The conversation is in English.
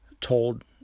told